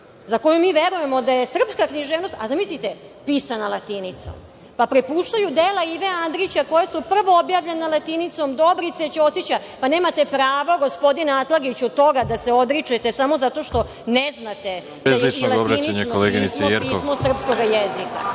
za koju mi verujemo da je srpska književnost, a zamislite pisana latinicom. Pa, prepuštaju dela Ive Andrića koja su prvo objavljena latinicom Dobrice Ćosića. Pa, nemate prava, gospodine Atlagiću toga da se odričete samo zato što ne znate da je latinično pismo, pismo srpskog jezika.I,